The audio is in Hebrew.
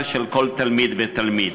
ותלמיד,